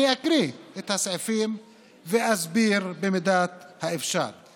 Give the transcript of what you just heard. אני אקריא את הסעיפים ואסביר במידת האפשר.